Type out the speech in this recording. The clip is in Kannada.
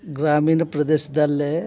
ಗ್ರಾಮೀಣ ಪ್ರದೇಶದಲ್ಲೇ